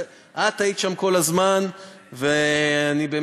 את היית שם כל הזמן,